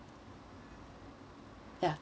ya